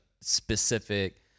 specific